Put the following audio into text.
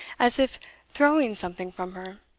as if throwing something from her.